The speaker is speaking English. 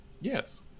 yes